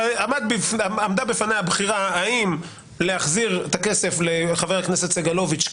כשעמדה בפניי הבחירה האם להחזיר את הכסף לחבר הכנסת סגלוביץ',